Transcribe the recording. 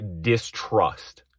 distrust